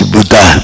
Buddha